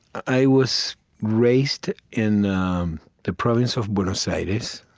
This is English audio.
i was raised in um the province of buenos aires.